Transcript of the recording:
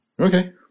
okay